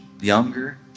younger